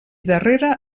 darrera